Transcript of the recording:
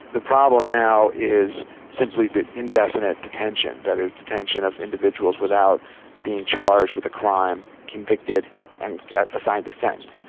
the problem now is simply the indefinite detention, that is, detention of individuals without being charged with a crime, convicted and assigned a sentence.